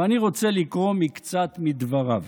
ואני רוצה לקרוא מקצת דבריו.